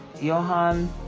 Johan